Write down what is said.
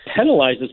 penalizes